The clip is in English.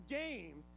game